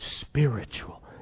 spiritual